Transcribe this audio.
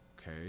okay